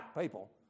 people